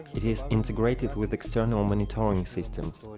it is integrated with external monitoring systems.